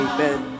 Amen